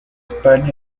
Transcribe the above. españa